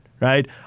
right